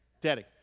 daddy